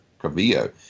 Cavillo